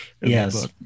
Yes